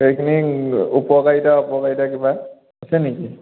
সেইখিনি উপকাৰিতা অপকাৰিতা কিবা আছে নেকি